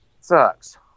sucks